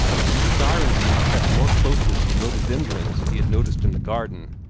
and desiring to inspect more closely some rhododendrons he had noticed in the garden,